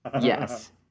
Yes